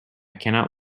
cannot